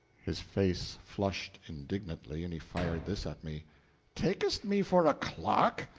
his face flushed indignantly, and he fired this at me takest me for a clerk?